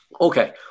Okay